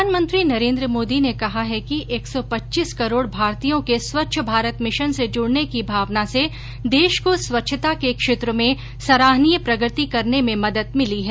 प्रधानमंत्री नरेन्द्र मोदी ने कहा है कि एक सौ पच्चीस करोड़ भारतीयों के स्वच्छ भारत मिशन से जुड़ने की भावना से देश को स्वच्छता के क्षेत्र में सराहनीय प्रगति करने में मदद मिली है